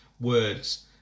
words